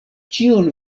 ĉiun